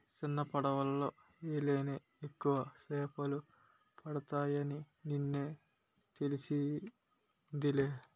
సిన్నపడవలో యెల్తేనే ఎక్కువ సేపలు పడతాయని నిన్నే తెలిసిందిలే